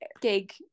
gig